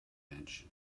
bench